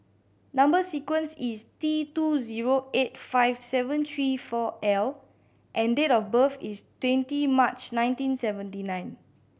number sequence is T two zero eight five seven three four L and date of birth is twenty March nineteen seventy nine